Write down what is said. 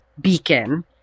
beacon